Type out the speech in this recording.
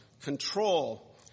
control